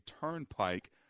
Turnpike